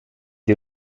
doe